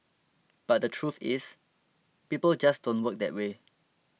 but the truth is people just don't work that way